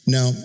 Now